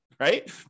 Right